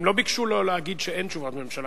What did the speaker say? הם לא ביקשו להגיד שאין תשובת ממשלה,